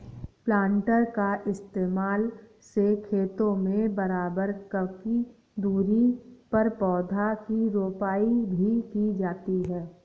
planter का इस्तेमाल से खेतों में बराबर ककी दूरी पर पौधा की रोपाई भी की जाती है